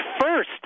first